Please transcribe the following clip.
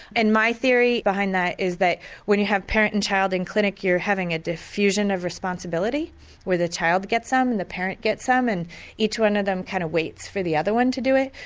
and my theory behind that is that when you have parent and child in clinic you're having a diffusion of responsibility where the child gets some and the parent gets some and each one of them kind of waits for the other one to do it.